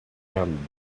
and